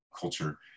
culture